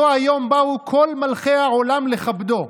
אותו היום באו כל מלכי העולם לכבדו,